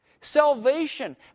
salvation